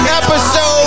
episode